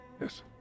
Yes